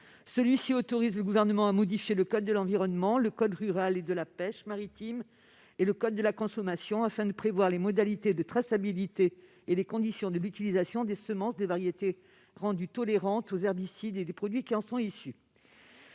lequel autorise le Gouvernement à modifier le code de l'environnement, le code rural et de la pêche maritime et le code de la consommation afin de prévoir les modalités de traçabilité et les conditions de l'utilisation des semences de variétés rendues tolérantes aux herbicides (VrTH) et des produits qui en sont issus.